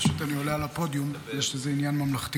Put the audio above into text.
פשוט, אני עולה לפודיום, יש לזה עניין ממלכתי.